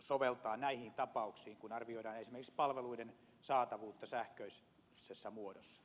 soveltaa näihin tapauksiin kun arvioidaan esimerkiksi palveluiden saatavuutta sähköisessä muodossa